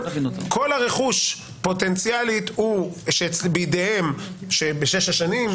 כל הרכוש פוטנציאלית בידיהם בשמונה השנים,